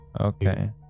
Okay